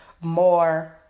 more